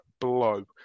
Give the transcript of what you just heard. blow